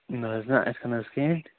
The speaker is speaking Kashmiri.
نہ حظ نہ اِتھ کَنہِ حظ کِہیٖنۍ